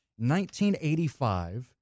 1985